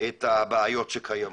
את הבעיות שקיימות,